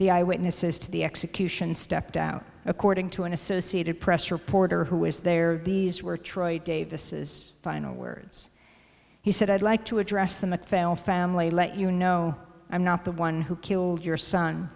the eyewitnesses to the execution stepped out according to an associated press reporter who was there these were troy davis final words he said i'd like to address the macphail family let you know i'm not the one who killed your son